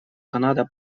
канада